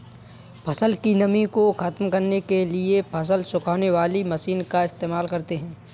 फसल की नमी को ख़त्म करने के लिए फसल सुखाने वाली मशीन का इस्तेमाल करते हैं